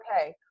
okay